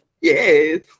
Yes